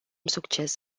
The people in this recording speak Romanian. succes